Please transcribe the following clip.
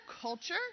culture